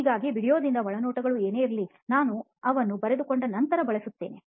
ಹಾಗಾಗಿ ವೀಡಿಯೊದಿಂದ ಒಳನೋಟಗಳು ಏನೇ ಇರಲಿನಾನು ಅವನ್ನು ಬರೆದುಕೊಂಡ ನಂತರ ಬಳಸುತ್ತಿದ್ದೆ